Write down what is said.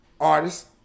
artist